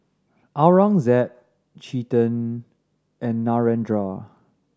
Aurangzeb Chetan and Narendra